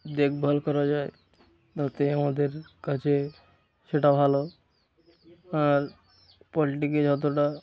দেখভাল করা যায় ততই আমাদের কাছে সেটা ভালো আর পোলট্রিকে যতটা